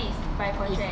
is